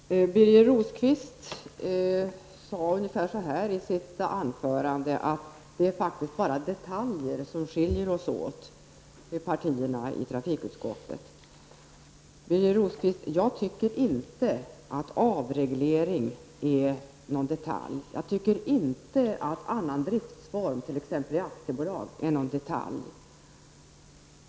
Herr talman! Birger Rosqvist sade ungefär så här i sitt anförande: Det är faktiskt bara detaljer som skiljer partierna åt i trafikutskottet. Birger Rosqvist, jag tycker inte att avreglering är någon detalj. Jag tycker inte att annan driftsform, t.ex. aktiebolag, är någon detalj.